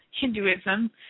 Hinduism